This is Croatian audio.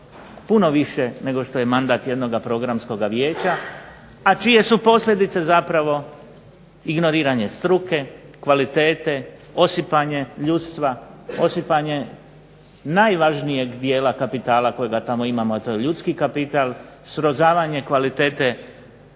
puno više nego što je mandat jednog Programskog vijeća, a čije su posljedice zapravo ignoriranje struke, kvalitete, osipanje ljudstva, osipanje najvažnijeg dijela kapitala kojega tamo imamo, a to je ljudski kapital, srozavanje kvalitete